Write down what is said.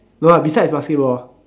no ah besides basketball